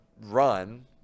run